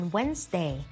Wednesday